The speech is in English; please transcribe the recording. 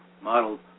modeled